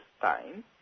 time